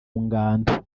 ngando